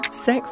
sex